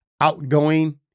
outgoing